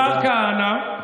השר כהנא,